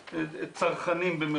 "צרכנים".